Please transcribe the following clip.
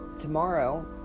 Tomorrow